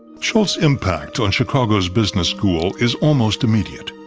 shultz's impact on chicago's business school is almost immediate.